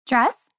Dress